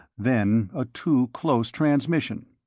then a too-close transmission.